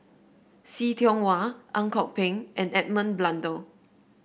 See Tiong Wah Ang Kok Peng and Edmund Blundell